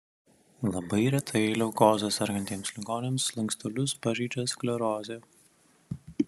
labai retai leukoze sergantiems ligoniams slankstelius pažeidžia sklerozė